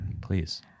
Please